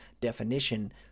definition